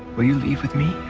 will you leave with me?